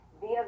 via